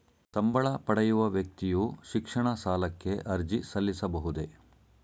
ಸಂಬಳ ಪಡೆಯುವ ವ್ಯಕ್ತಿಯು ಶಿಕ್ಷಣ ಸಾಲಕ್ಕೆ ಅರ್ಜಿ ಸಲ್ಲಿಸಬಹುದೇ?